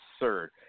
absurd